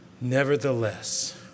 Nevertheless